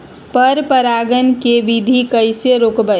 पर परागण केबिधी कईसे रोकब?